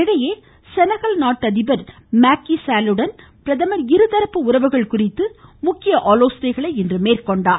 இதனிடையே செனகல் நாட்டு அதிபர் இருதரப்பு உறவுகள் குறித்து முக்கிய ஆலோசனை மேற்கொண்டார்